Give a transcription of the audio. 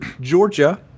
Georgia